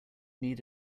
need